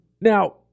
Now